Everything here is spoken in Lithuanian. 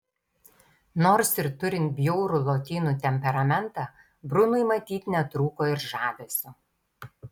nors ir turint bjaurų lotynų temperamentą brunui matyt netrūko ir žavesio